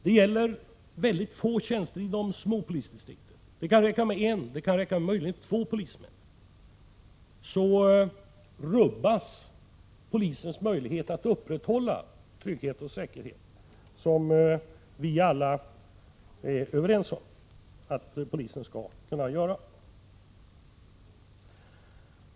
Det gäller få tjänster i de små polisdistrikten, men det räcker med att en eller två polismän berörs för att det skall minska polisens möjligheter att fullgöra den uppgift när det gäller att upprätthålla trygghet och säkerhet som vi alla är överens om.